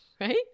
right